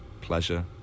pleasure